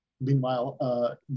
Meanwhile